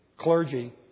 clergy